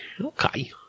Okay